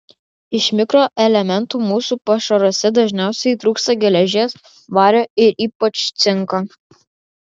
iš mikroelementų mūsų pašaruose dažniausiai trūksta geležies vario ir ypač cinko